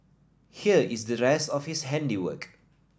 here is the rest of his handiwork